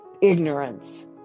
ignorance